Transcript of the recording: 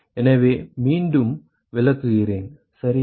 எனவே மீண்டும் விளக்குகிறேன் சரியா